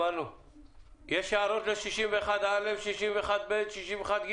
מי בעד אישור סעיפים 61א, 61ב ו-61ג